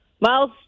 Miles